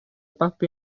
babi